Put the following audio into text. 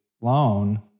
loan